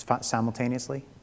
simultaneously